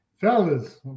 Fellas